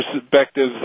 perspectives